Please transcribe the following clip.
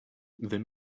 they